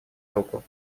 руку